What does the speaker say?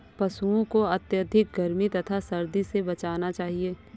पशूओं को अत्यधिक गर्मी तथा सर्दी से बचाना चाहिए